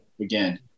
again